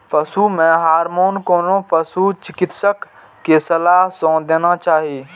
पशु मे हार्मोन कोनो पशु चिकित्सक के सलाह सं देना चाही